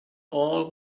all